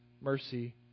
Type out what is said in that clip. mercy